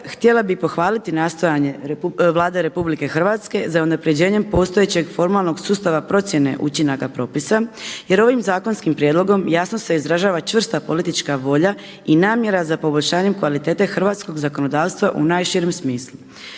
htjela bih pohvaliti nastojanje Vlade RH za unapređenjem postojećeg formalnog sustava procjene učinaka propisa, jer ovim zakonskim prijedlogom jasno se izražava čvrsta politička volja i namjera za poboljšanjem kvalitete hrvatskog zakonodavstva u najširem smislu.